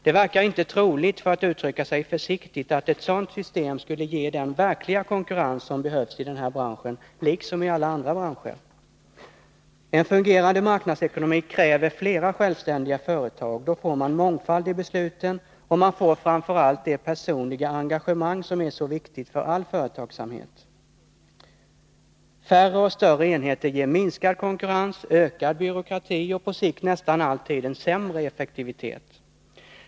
Det verkar, försiktigt uttryckt, inte troligt att ett sådant system skulle ge den verkliga konkurrens som behövs i denna bransch liksom i alla andra branscher. En fungerande marknadsekonomi kräver flera självständiga företag. Då får man mångfald i besluten och framför allt det personliga engagemang som är så viktigt för all företagsamhet. Färre och större enheter ger minskad konkurrens, ökad byråkrati och på sikt nästan alltid en sämre effektivitet.